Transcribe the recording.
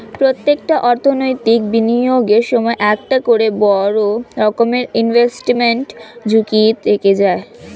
প্রত্যেকটা অর্থনৈতিক বিনিয়োগের সময় একটা করে বড় রকমের ইনভেস্টমেন্ট ঝুঁকি থেকে যায়